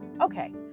Okay